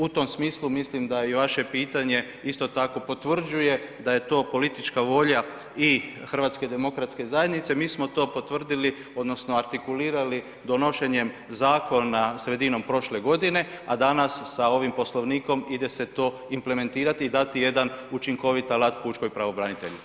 U tom smislu mislim da i vaše pitanje isto tako potvrđuje da je to politička volja i HDZ-a, mi smo to potvrdili odnosno artikulirali donošenjem zakona sredinom prošle godine, a danas sa ovim Poslovnikom ide se to implementirati i dati jedan učinkovit alat pučkoj pravobraniteljici.